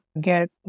get